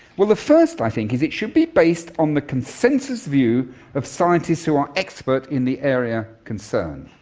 well, the first i think is it should be based on the consensus view of scientists who are expert in the area concerned.